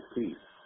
peace